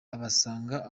abasanga